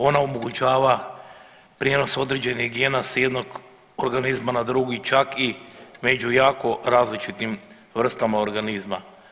Ona omogućava prijenos određenih gena sa jednog organizma na drugi, čak i među jako različitim vrstama organizma.